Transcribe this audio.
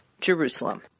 Jerusalem